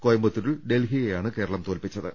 കോയമ്പ ത്തൂരിൽ ഡൽഹിയെയാണ് കേരളം തോൽപ്പിച്ചത്